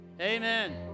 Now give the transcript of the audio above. Amen